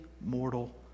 mortal